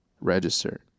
register